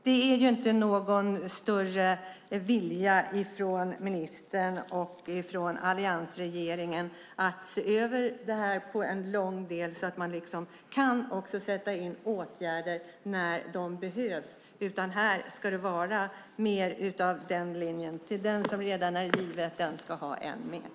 Det finns inte någon större vilja från ministern och alliansregeringen att se över detta så att man också kan sätta in åtgärder när de behövs. Här ska det vara mer av linjen: Till den som har ska vara givet än mer.